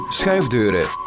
schuifdeuren